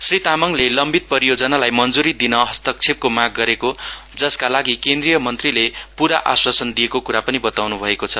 श्री तामाङले लम्बित परियोजनालाई मञ्जुरी दिन हस्तक्षेपको माग गरेको जसका लागि केन्द्रिय मन्त्रीले पूरा आश्वासन दिएको क्रा पनि बताउन् भएको छ